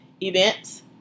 events